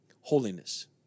Holiness